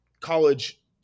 college